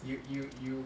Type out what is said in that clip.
you you you